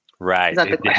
Right